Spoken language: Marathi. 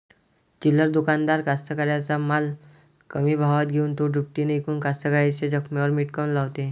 चिल्लर दुकानदार कास्तकाराइच्या माल कमी भावात घेऊन थो दुपटीनं इकून कास्तकाराइच्या जखमेवर मीठ काऊन लावते?